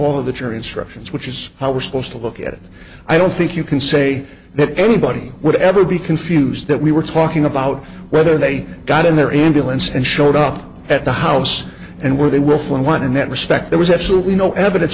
all of the jury instructions which is how we're supposed to look at it i don't think you can say that anybody would ever be confused that we were talking about whether they got in there and dylan and showed up at the house and where they were from one in that respect there was absolutely no evidence